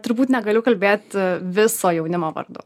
turbūt negaliu kalbėt viso jaunimo vardu